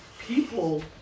People